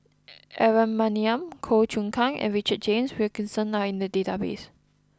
Aaron Maniam Goh Choon Kang and Richard James Wilkinson are in the database